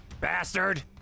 bastard